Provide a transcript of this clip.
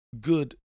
good